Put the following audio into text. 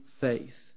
faith